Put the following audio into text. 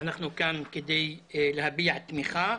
אנחנו כאן, כדי להביע תמיכה.